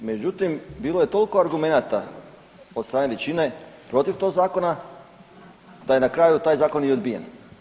Međutim, bilo je toliko argumenata od strane većine protiv tog zakona, da je na kraju taj zakon i odbijen.